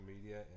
media